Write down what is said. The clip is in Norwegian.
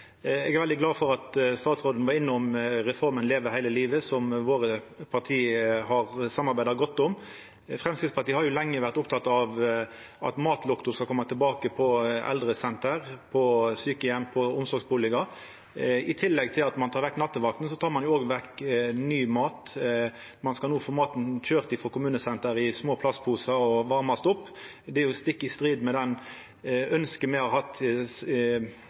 Eg er veldig glad for at statsråden var innom reforma Leve hele livet, som partia våre har samarbeidd godt om. Framstegspartiet har lenge vore oppteke av at matlukta skal koma tilbake på eldresenter, på sjukeheimar, i omsorgsbustader. I tillegg til at ein tek vekk nattevakta, skal ein no få maten køyrd frå kommunesenter i små plastposar som skal varmast opp. Det er stikk i strid med ønsket me og dette stortingsfleirtalet har hatt